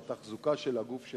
או התחזוקה של הגוף שלהם.